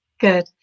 good